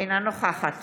אינה נוכחת